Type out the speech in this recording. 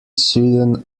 süden